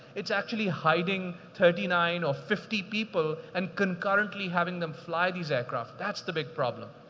it's actually hiding thirty nine or fifty people and concurrently having them fly these aircraft. that's the big problem.